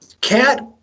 Cat